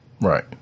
Right